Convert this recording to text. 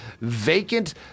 vacant